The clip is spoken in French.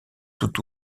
tout